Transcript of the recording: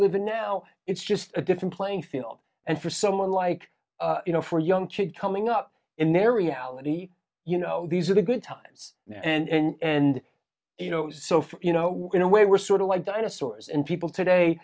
live in now it's just a different playing field and for someone like you know for young kids coming up in their reality you know these are the good times and you know so you know in a way we're sort of like dinosaurs and people today